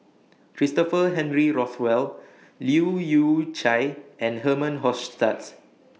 Christopher Henry Rothwell Leu Yew Chye and Herman Hochstadt